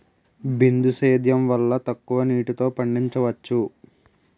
బిందు సేద్యం వల్ల తక్కువ నీటితో పండించవచ్చు